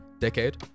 decade